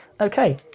Okay